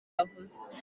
yavuze